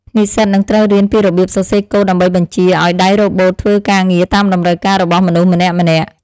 និស្សិតនឹងត្រូវរៀនពីរបៀបសរសេរកូដដើម្បីបញ្ជាឱ្យដៃរ៉ូបូតធ្វើការងារតាមតម្រូវការរបស់មនុស្សម្នាក់ៗ។